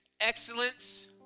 excellence